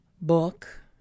book